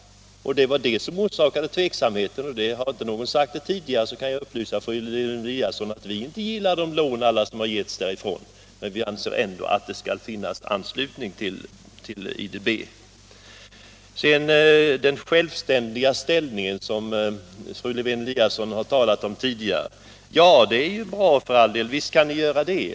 Det var det som orsakade tveksamheten. Har inte någon sagt det tidigare så kan jag upplysa fru Lewén-Eliasson om att vi inte gillar alla lån som getts ifrån banken. Vi anser ändå att Sverige skall ansluta sig till IDB. Sedan om den självständiga ställning för socialdemokratiska partier i Europa som fru Lewén-Eliasson har talat om tidigare: En sådan kan för all del vara bra, och visst kan ni handla självständigt.